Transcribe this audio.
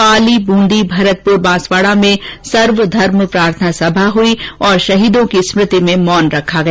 पाली ब्रूंदी भरतपुर बांसवाड़ा में सर्वधर्म प्रार्थना सभा हुई और शहीदों की स्मृति में मौन रखा गया